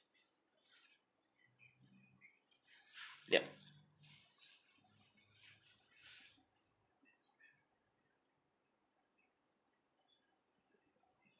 yup